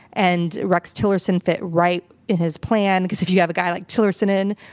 and rex tillerson fit right in his plan, because if you have a guy like tillirson in,